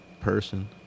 person